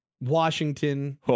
Washington